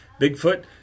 Bigfoot